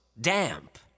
damp